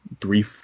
three